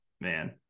man